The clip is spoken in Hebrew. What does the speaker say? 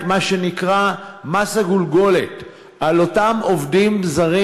את מה שנקרא "מס הגולגולת" על אותם עובדים זרים.